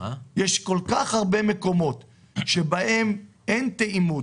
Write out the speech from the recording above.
יש כל כך הרבה מקומות שבהם אין תאימות